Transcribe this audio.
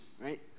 right